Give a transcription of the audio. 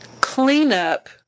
cleanup